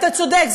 אתה צודק,